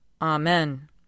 Amen